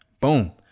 boom